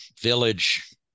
village